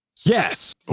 Yes